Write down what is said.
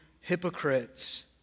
hypocrites